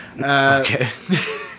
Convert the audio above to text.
Okay